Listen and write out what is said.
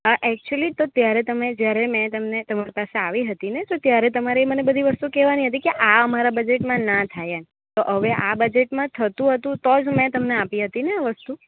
હા એકચ્યુલી તો ત્યારે તમે જ્યારે મેં તમને તમારી પાસે આવી હતીને તો ત્યારે તમારે એ મને એ બધી વસ્તુ કહેવાની હતી કે આ અમારા બજેટમાં ન થાય એમ તો હવે આ બજેટમાં થતું હતું તો જ મેં તમને આપી હતીને વસ્તુ